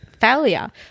failure